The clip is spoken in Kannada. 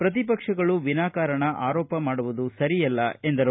ಶ್ರತಿಪಕ್ಷಗಳು ವಿನಾ ಕಾರಣ ಆರೋಪ ಮಾಡುವುದು ಸರಿಯಲ್ಲ ಎಂದರು